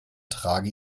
trage